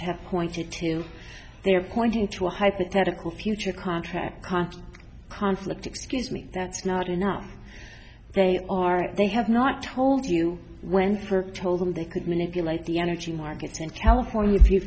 have pointed to they're pointing to a hypothetical future contract conflict excuse me that's not enough they are they have not told you when clerk told them they could manipulate the energy market in california